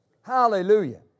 Hallelujah